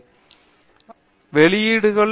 பேராசிரியர் பிரதாப் ஹரிதாஸ் வெளிப்பாடு இல்லாதது